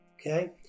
Okay